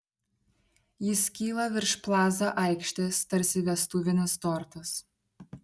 jis kyla virš plaza aikštės tarsi vestuvinis tortas